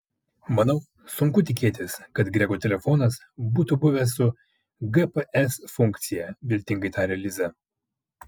manau sunku tikėtis kad grego telefonas būtų buvęs su gps funkcija viltingai tarė liza